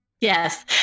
Yes